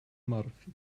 murphy